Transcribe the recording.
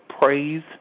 Praise